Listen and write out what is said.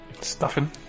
Stuffing